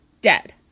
dead